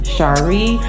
Shari